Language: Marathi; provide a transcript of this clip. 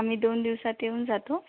आम्ही दोन दिवसांत येऊन जातो